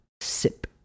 sip